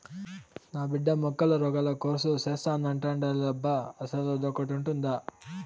నా బిడ్డ మొక్కల రోగాల కోర్సు సేత్తానంటాండేలబ్బా అసలదొకటుండాదా